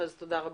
רבה.